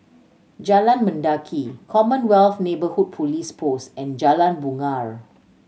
Jalan Mendaki Commonwealth Neighbourhood Police Post and Jalan Bungar